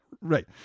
right